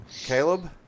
Caleb